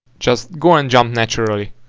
just go and jump naturally.